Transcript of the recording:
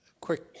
quick